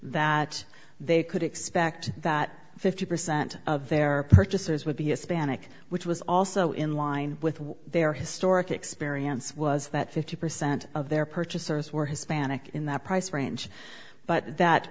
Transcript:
that they could expect that fifty percent of their purchasers would be hispanic which was also in line with what their historic experience was that fifty percent of their purchasers were hispanic in that price range but that